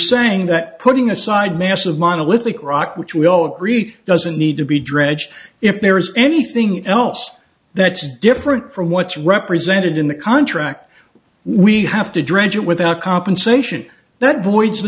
saying that putting aside massive monolithic rock which we all agree doesn't need to be dredged if there is anything else that's different from what's represented in the contract we have to dredge without compensation that voids the